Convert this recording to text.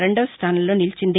రెండవ స్థానంలో నిలిచింది